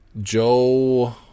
Joe